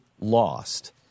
lost